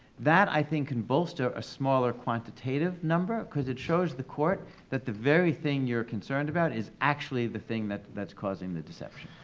that, i think, can bolster a smaller quantitative number, cause it shows the court that the very thing you're concerned about is actually the thing that's causing the deception.